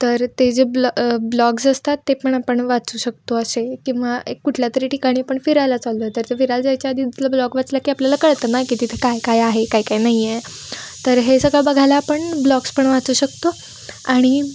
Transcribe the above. तर ते जे ब्ल ब्लॉग्स असतात ते पण आपण वाचू शकतो असे किंवा एक कुठल्या तरी ठिकाणी पण फिरायला चाललो आहे तर ते फिरायला जायच्या आधी तिथलं ब्लॉग वाचला की आपल्याला कळतं ना की तिथे काय काय आहे काय काय नाही आहे तर हे सगळं बघायला आपण ब्लॉग्स पण वाचू शकतो आणि